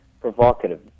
provocative